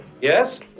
Yes